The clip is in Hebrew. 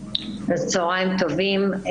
צהריים טובים.